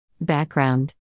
Background